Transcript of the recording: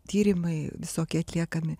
tyrimai visokie atliekami